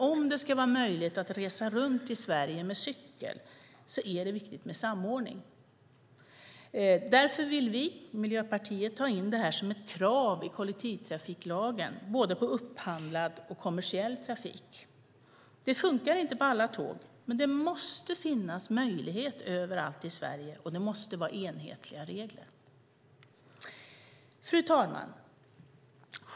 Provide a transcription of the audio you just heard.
Om det ska vara möjligt att resa runt i Sverige med cykel är det viktigt med samordning. Därför vill Miljöpartiet ha in det som ett krav i kollektivtrafiklagen på både upphandlad och kommersiell trafik. Det funkar inte på alla tåg, men det måste finnas möjlighet överallt i Sverige, och det måste vara enhetliga regler. Fru talman!